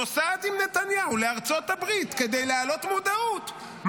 נוסעת עם נתניהו לארצות הברית כדי להעלות מודעות,